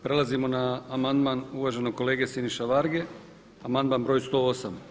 Prelazimo na amandman uvaženog kolege Siniše Varge, amandman broj 108.